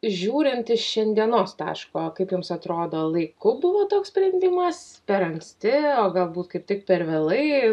žiūrint iš šiandienos taško kaip jums atrodo laiku buvo toks sprendimas per anksti o galbūt kaip tik per vėlai